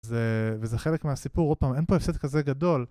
וזה חלק מהסיפור, עוד פעם, אין פה הפסד כזה גדול.